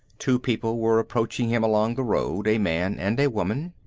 two people were approaching him along the road, a man and a woman.